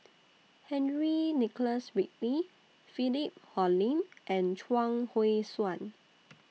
Henry Nicholas Ridley Philip Hoalim and Chuang Hui Tsuan